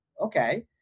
okay